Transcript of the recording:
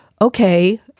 okay